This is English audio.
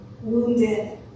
wounded